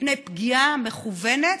מפני פגיעה מכוונת,